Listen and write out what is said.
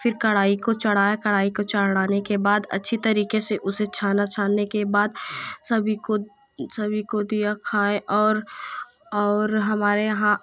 फिर कड़ाही को चढ़ाया कड़ाही को चढ़ाने के बाद अच्छी तरीके से उसे छाना छानने के बाद सभी को सभी को दिया खाये और और हमारे यहाँ